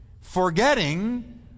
Forgetting